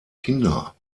kinder